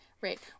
Right